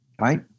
right